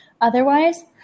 otherwise